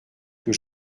que